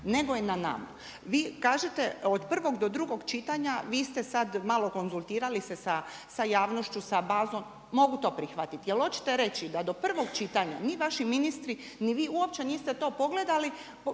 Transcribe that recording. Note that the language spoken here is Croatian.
nego je na nama. Vi kažete od prvog do drugog čitanja, vi ste sad malo konzultirali se sa javnošću, sa bazom, mogu to prihvatiti, ali hoćete reći da do prvog čitanja ni vaši ministri ni vi uopće niste to pogledali,